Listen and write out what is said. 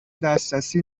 دسترسی